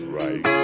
right